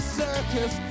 circus